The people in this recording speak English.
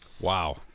Wow